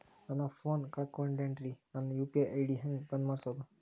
ನನ್ನ ಫೋನ್ ಕಳಕೊಂಡೆನ್ರೇ ನನ್ ಯು.ಪಿ.ಐ ಐ.ಡಿ ಹೆಂಗ್ ಬಂದ್ ಮಾಡ್ಸೋದು?